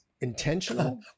intentional